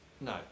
No